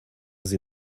sie